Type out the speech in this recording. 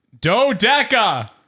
Dodeca